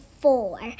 four